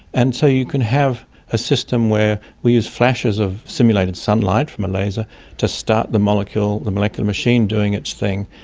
and so you can have a system where we use flashes of simulated sunlight from a laser to start the molecule, the molecular machine doing its thing.